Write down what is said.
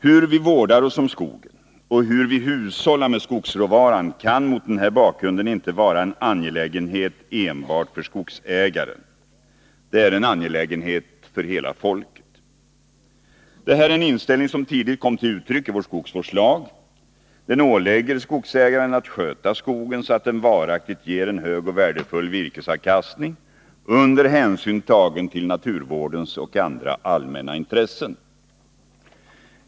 Hur vi vårdar oss om skogen och hur vi hushållar med skogsråvaran kan mot denna bakgrund inte vara en angelägenhet enbart för skogsägaren. Det är en angelägenhet för hela folket. Den inställningen kom tidigt till uttryck i vår skogsvårdslag. Den ålägger skogsägaren att sköta skogen så att den varaktigt ger en hög och värdefull virkesavkastning, under hänsyn tagen till naturvårdens och andra allmänna intressen.